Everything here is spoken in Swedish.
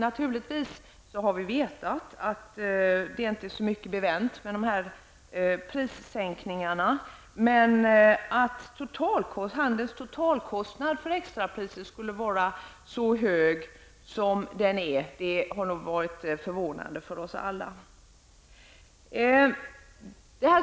Naturligtvis har vi vetat att det inte är så mycket bevänt med de här prissänkningarna, men att handelns totalkostnad för extrapriser skulle vara så hög som den är har nog förvånat oss alla.